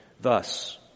thus